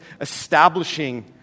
establishing